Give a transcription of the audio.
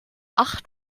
acht